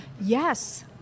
Yes